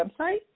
website